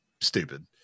stupid